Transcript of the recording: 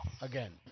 Again